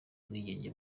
ubwigenge